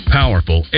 powerful